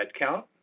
headcount